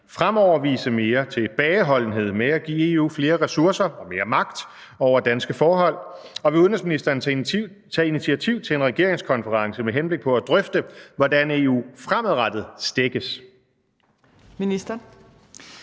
fremover vise mere tilbageholdenhed med at give EU flere ressourcer og mere magt over danske forhold, og vil udenrigsministeren tage initiativ til en regeringskonference med henblik på at drøfte, hvordan EU fremadrettet stækkes? Fjerde